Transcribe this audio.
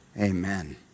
Amen